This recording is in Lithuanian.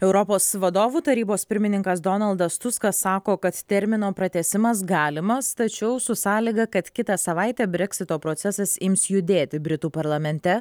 europos vadovų tarybos pirmininkas donaldas tuskas sako kad termino pratęsimas galimas tačiau su sąlyga kad kitą savaitę breksito procesas ims judėti britų parlamente